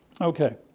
Okay